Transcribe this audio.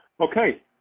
Okay